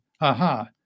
aha